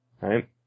right